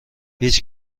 هیچ